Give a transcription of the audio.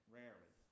rarely